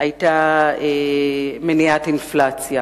היחידה מניעת אינפלציה.